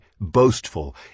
boastful